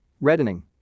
reddening